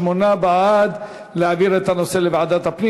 שמונה בעד להעביר את הנושא לוועדת הפנים.